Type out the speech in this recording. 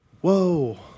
whoa